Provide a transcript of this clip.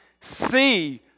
see